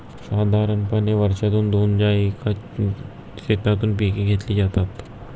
साधारणपणे वर्षातून दोनदा एकाच शेतातून पिके घेतली जातात